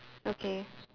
okay